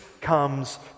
comes